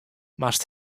moatst